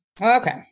okay